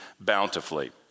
bountifully